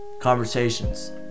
conversations